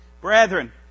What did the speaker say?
Brethren